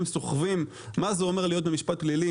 סוחבים ומה זה אומר להיות במשפט פלילי,